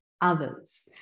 others